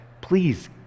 please